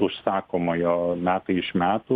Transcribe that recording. užsakomojo metai iš metų